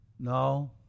No